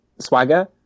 Swagger